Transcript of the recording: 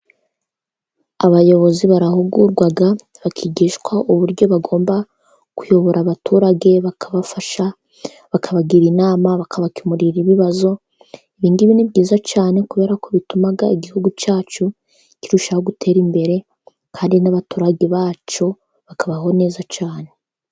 Abayobozi barahugurwa bakigishwa uburyo bagomba kuyobora abaturage bakabafasha bakabagira inama, bakabakemurira ibibazo ibindi ni byiza cyane, kubera ko bituma igihugu cyacu kirushaho gutera imbere kandi n'abaturage bacyo bakabaho neza cyane.